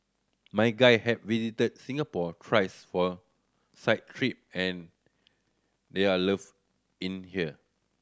my guy have visited Singapore thrice for site trip and they are loved in here